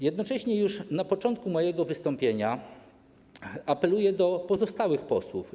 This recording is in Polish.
Jednocześnie już na początku mojego wystąpienia apeluję do pozostałych posłów.